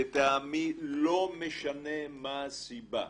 לטעמי, לא משנה מה הסיבה,